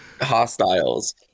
hostiles